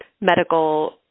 medical